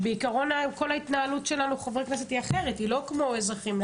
כל ההתנהלות של חברי הכנסת היא אחרת ולא כמו אזרחים.